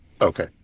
Okay